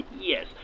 yes